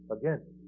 again